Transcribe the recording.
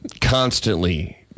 constantly